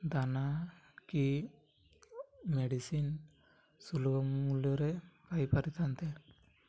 ଦାନା କି ମେଡ଼ିସିନ୍ ସୁଲଭ ମୂଲ୍ୟରେ ପାଇପାରିଥାନ୍ତେ